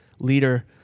Leader